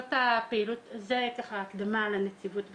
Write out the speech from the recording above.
זאת הקדמה על הנציבות בכלל.